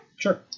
Sure